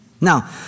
Now